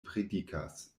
predikas